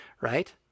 Right